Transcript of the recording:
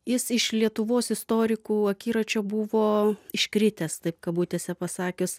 jis iš lietuvos istorikų akiračio buvo iškritęs taip kabutėse pasakius